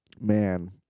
Man